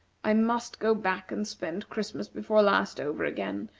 i must go back and spend christmas before last over again,